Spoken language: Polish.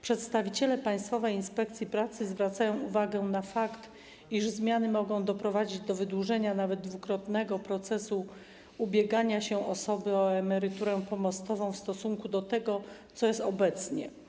Przedstawiciele Państwowej Inspekcji Pracy zwracają uwagę na fakt, iż zmiany mogą doprowadzić do wydłużenia, nawet dwukrotnego, procesu ubiegania się przez osobę o emeryturę pomostową w stosunku do tego, co jest obecnie.